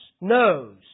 knows